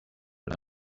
but